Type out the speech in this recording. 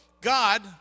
God